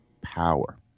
power